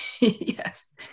Yes